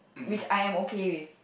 which I am okay with